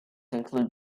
include